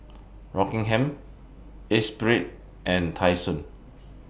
Rockingham Esprit and Tai Sun